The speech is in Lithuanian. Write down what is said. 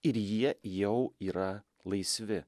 ir jie jau yra laisvi